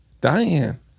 Diane